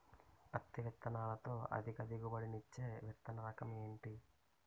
పత్తి విత్తనాలతో అధిక దిగుబడి నిచ్చే విత్తన రకం ఏంటి?